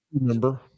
member